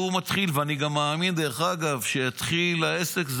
אני גם מאמין שכשיתחיל העסק,